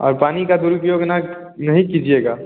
और पानी का दुरुपयोग ना नहीं कीजिएगा